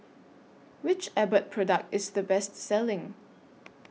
Which Abbott Product IS The Best Selling